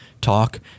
talk